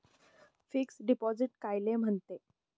Fix deposit कायले म्हनते?